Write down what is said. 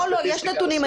לא, יש נתונים.